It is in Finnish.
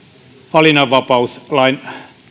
valinnanvapauslain